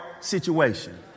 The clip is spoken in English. situation